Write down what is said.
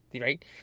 right